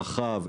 רחב,